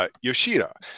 Yoshida